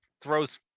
throws